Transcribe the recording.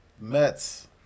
Mets